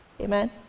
Amen